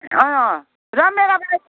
अँ रामभेँडाको त